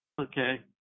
Okay